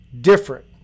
different